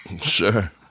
Sure